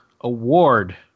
award